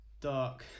dark